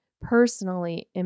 personally